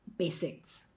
basics